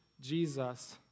Jesus